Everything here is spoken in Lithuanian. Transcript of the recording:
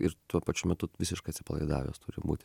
ir tuo pačiu metu visiškai atsipalaidavęs turi būti